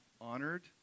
honored